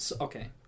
Okay